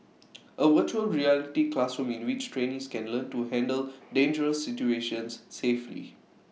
A Virtual Reality classroom in which trainees can learn to handle dangerous situations safely